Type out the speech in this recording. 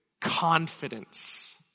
confidence